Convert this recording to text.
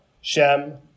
Shem